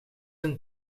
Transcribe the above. een